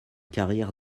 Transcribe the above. carrière